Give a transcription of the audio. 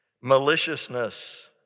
maliciousness